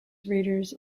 readers